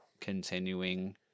continuing